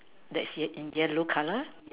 that's yellow colour